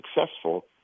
successful